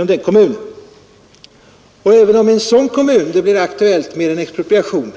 Om det i en sådan kommun blir aktuellt med en expropriation